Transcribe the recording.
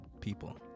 people